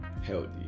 Healthy